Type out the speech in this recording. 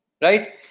Right